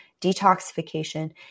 detoxification